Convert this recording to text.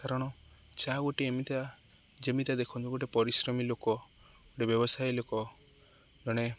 କାରଣ ଚା ଗୋଟେ ଏମିତି ଯେମିତି ଦେଖନ୍ତୁ ଗୋଟେ ପରିଶ୍ରମି ଲୋକ ଗୋଟେ ବ୍ୟବସାୟୀ ଲୋକ ଜଣେ